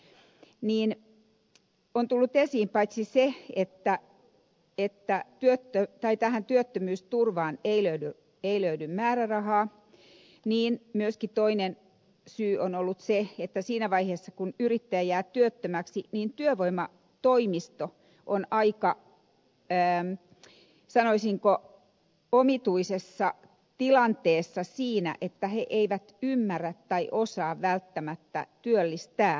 tässä on tullut esiin paitsi se että työttömyysturvaan ei löydy määrärahaa niin myöskin toinen seikka se että siinä vaiheessa kun yrittäjä jää työttömäksi työvoimatoimisto on aika sanoisinko omituisessa tilanteessa siinä että siellä ei ymmärretä tai osata välttämättä työllistää yrittäjää